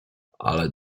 ale